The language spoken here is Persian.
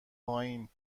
پایین